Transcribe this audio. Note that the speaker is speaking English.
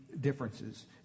differences